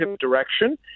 direction